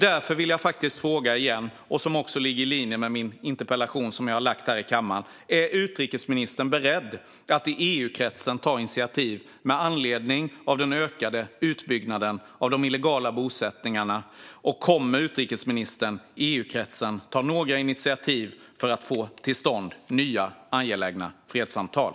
Därför vill jag återigen ställa en fråga, som också ligger i linje med min interpellation, om utrikesministern är beredd att i EU-kretsen ta initiativ med anledning av den ökade utbyggnaden av de illegala bosättningarna. Kommer utrikesministern i EU-kretsen att ta några initiativ för att få till stånd nya angelägna fredssamtal?